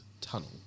tunnel